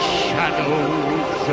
shadows